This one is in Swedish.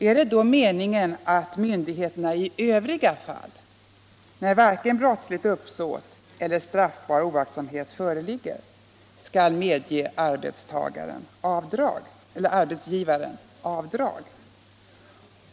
Är det då meningen att taxeringsmyndigheterna i övriga fall — när varken brottsligt uppsåt eller straffbar oaktsamhet föreligger — skall medge arbetsgivaren avdrag?